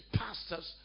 pastors